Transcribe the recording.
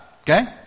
Okay